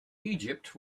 egypt